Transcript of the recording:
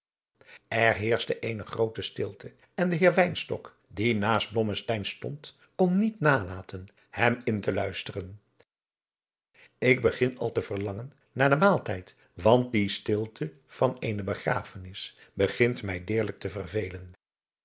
er heerschte eene groote stilte en de heer wynstok die naast blommesteyn stond kon niet nalaten hem in te luisteren ik begin al te verlangen naar den maaltijd want die stilte van eene begrafenis begint mij deerlijk te verveelen